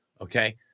okay